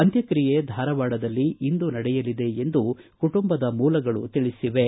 ಅಂತ್ಪಕ್ರಿಯೆ ಧಾರವಾಡದಲ್ಲಿ ಇಂದು ನಡೆಯಲಿದೆ ಎಂದು ಕುಟುಂಬದ ಮೂಲಗಳು ತಿಳಿಸಿವೆ